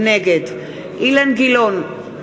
נגד אילן גילאון,